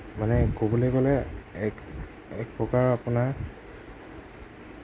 মানে ক'বলৈ গ'লে এক এক প্ৰকাৰৰ আপোনাৰ